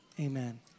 amen